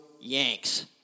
Yanks